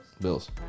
Bills